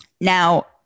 Now